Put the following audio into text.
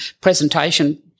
presentation